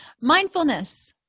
Mindfulness